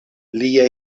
lia